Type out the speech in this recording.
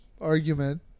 Argument